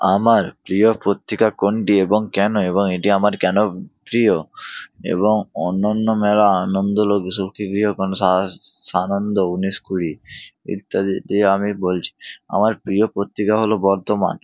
আমার প্রিয় পত্রিকা কোনটি এবং কেন এবং এটি আমার কেন প্রিয় এবং অনন্য মেলা আনন্দলোক সুখী গৃহকোণ সা সানন্দা উনিশ কুড়ি ইত্যাদি দিয়ে আমি বলছি আমার প্রিয় পত্রিকা হলো বর্তমান